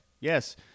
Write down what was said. Yes